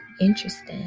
interesting